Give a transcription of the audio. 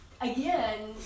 again